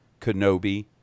Kenobi